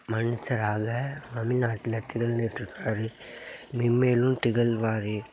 மனுஷராக தமிழ்நாட்டில் திகழ்ந்துகிட்டு இருக்கார் மென்மேலும் திகழ்வார்